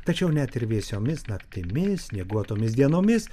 tačiau net ir vėsiomis naktimis snieguotomis dienomis